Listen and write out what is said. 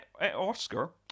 Oscar